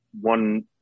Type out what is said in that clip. one